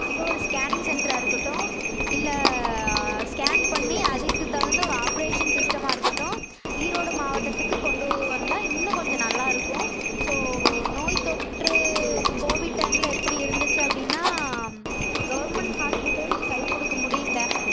அங்கே ஒரு ஸ்கேனிங் சென்ட்ராக இருக்கட்டும் இல்லை ஸ்கேன் பண்ணி அதுக்கு தகுந்த ஒரு ஆப்ரேஷன் சிஸ்டமாக இருக்கட்டும் ஈரோடு மாவட்டத்துக்கு கொண்டு வந்தால் இன்னும் கொஞ்சம் நல்லா இருக்கும் ஸோ நோய்த்தொற்று கோவிட் டைமில் எப்படி இருந்துச்சு அப்படின்னால் கவர்மெண்ட் ஹாஸ்பிட்டல்ஸ் கைக்கொடுக்க முடியல